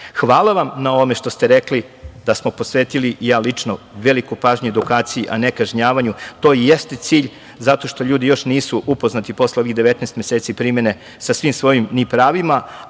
vam na ovome što ste rekli, da smo posvetili, i ja lično, veliku pažnju edukaciji, a ne kažnjavanju. To i jeste cilj, zato što ljudi još nisu upoznati, posle ovih 19 meseci primene, sa svim svojim ni pravima,